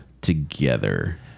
together